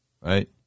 right